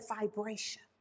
vibration